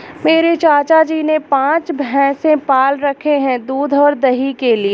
मेरे चाचा जी ने पांच भैंसे पाल रखे हैं दूध और दही के लिए